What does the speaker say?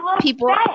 people